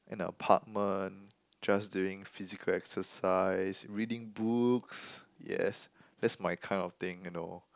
in an apartment just doing physical exercise reading books yes that's my kind of thing you know